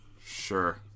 Sure